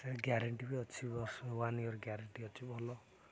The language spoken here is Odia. ସେ ଗ୍ୟାରେଣ୍ଟି ବି ଅଛି ବର୍ଷ ୱାନ୍ ଇୟର୍ ଗ୍ୟାରେଣ୍ଟି ଅଛି ଭଲ